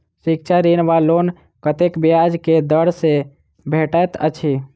शिक्षा ऋण वा लोन कतेक ब्याज केँ दर सँ भेटैत अछि?